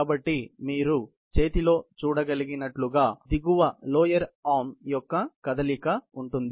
కాబట్టి మీరు చేతిలో చూడగలిగినట్లుగా లోయర్ ఆర్మ్ యొక్క కదలిక ఉంది